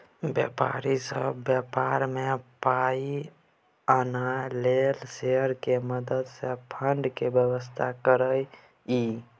व्यापारी सब व्यापार में पाइ आनय लेल शेयर के मदद से फंड के व्यवस्था करइ छइ